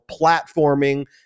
platforming